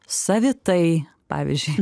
savitai pavyzdžiui